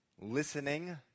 listening